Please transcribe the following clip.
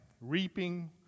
reaping